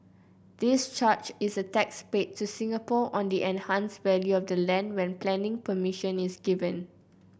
this charge is a tax paid to Singapore on the enhanced value of the land when planning permission is given